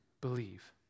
believe